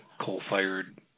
coal-fired